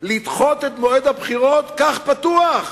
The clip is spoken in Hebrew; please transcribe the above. כלשהו את מועד הבחירות כך, פתוח?